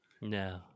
No